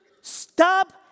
Stop